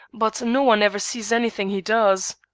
but no one ever sees any thing he does.